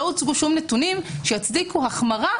לא הוצגו נתונים שיצדיקו החמרה,